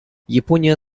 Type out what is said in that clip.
япония